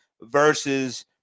versus